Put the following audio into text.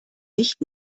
nicht